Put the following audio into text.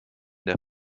der